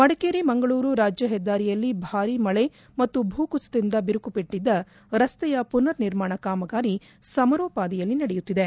ಮಡಿಕೇರಿ ಮಂಗಳೂರು ರಾಜ್ಯ ಹೆದ್ದಾರಿಯಲ್ಲಿ ಭಾರೀ ಮಳೆ ಮತ್ತು ಭೂಕುಸಿತದಿಂದ ಬಿರುಕು ಬಿಟ್ಟದ್ದ ರಸ್ತೆಯ ಪುನರ್ ನಿರ್ಮಾಣ ಕಾಮಗಾರಿ ಸಮರೋಪಾದಿಯಲ್ಲಿ ನಡೆಯುತ್ತಿದೆ